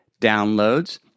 downloads